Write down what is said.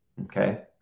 okay